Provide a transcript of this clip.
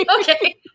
okay